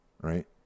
right